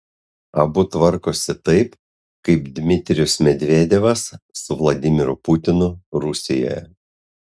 abu tvarkosi taip kaip dmitrijus medvedevas su vladimiru putinu rusijoje